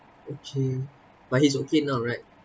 okay but he's okay now right